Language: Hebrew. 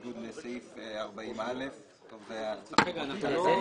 בניגוד להוראות סעיף 40(א) או בעל רישיון למתן